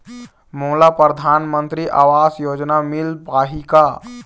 मोला परधानमंतरी आवास योजना मिल पाही का?